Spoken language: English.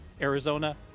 Arizona